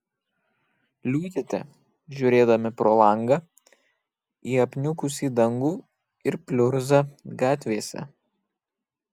liūdite žiūrėdami pro langą į apniukusį dangų ir pliurzą gatvėse